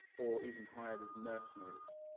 or even hired as mercenaries.